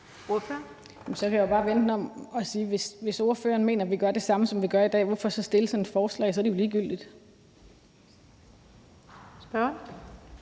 Hvis ordføreren mener, at vi gør det samme, som vi gør i dag, hvorfor så fremsætte sådan et forslag? Så er det jo ligegyldigt.